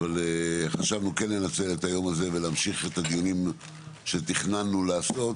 אבל חשבנו כן לנצל את היום הזה ולהמשיך את הדיונים שתיכננו לעשות,